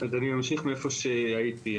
אני אמשיך מהיכן שהייתי.